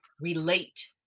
relate